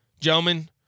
Gentlemen